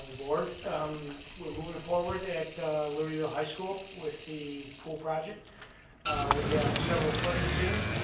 board um we're moving forward at libertyville high school with the pool project we have several footings in